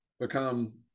become